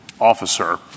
officer